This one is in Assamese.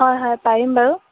হয় হয় পাৰিম বাৰু